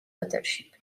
battleship